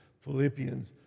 Philippians